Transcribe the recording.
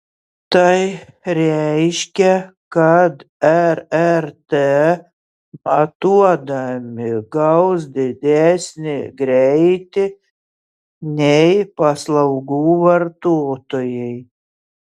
tai reiškia kad rrt matuodami gaus didesnį greitį nei paslaugų vartotojai